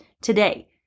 today